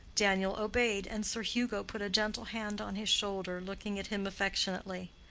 daniel obeyed, and sir hugo put a gentle hand on his shoulder, looking at him affectionately.